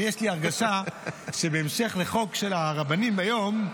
יש לי הרגשה שבהמשך לחוק של הרבנים היום,